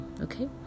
okay